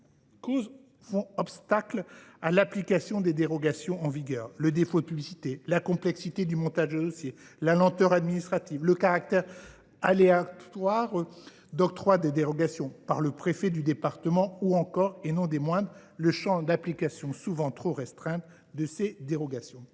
causes font obstacle à l’application des dérogations en vigueur : le défaut de publicité, la complexité du montage du dossier, la lenteur administrative, le caractère aléatoire de l’octroi des dérogations par le préfet de département, ou encore, et non des moindres, le champ d’application trop restreint de ces dérogations.